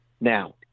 Now